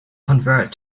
convert